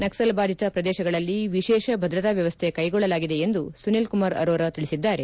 ನಕ್ಲಲ್ ಬಾಧಿತ ಪ್ರದೇಶಗಳಲ್ಲಿ ವಿಶೇಷ ಭದ್ರತಾ ವ್ಯವಸ್ಥೆ ಕೈಗೊಳ್ಳಲಾಗಿದೆ ಎಂದು ಸುನಿಲ್ ಕುಮಾರ್ ಅರೋರಾ ತಿಳಿಸಿದ್ದಾರೆ